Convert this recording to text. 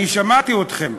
אני שמעתי אתכם.